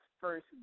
first